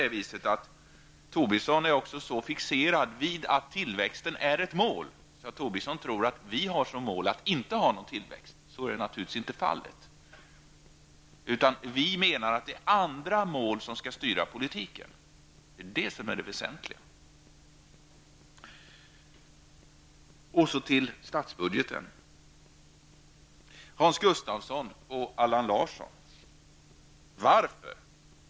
Tobisson är fixerad vid att tillväxten är ett mål. Därför tror han att vi har som mål att inte ha någon tillväxt, men så är naturligtvis inte fallet. Vi menar att andra mål skall styra politiken. Det är detta som är det väsentliga. Så till statsbudgeten. Hans Gustafsson och Allan Larsson!